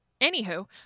anywho